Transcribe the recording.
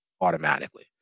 automatically